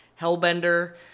hellbender